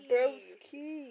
Broski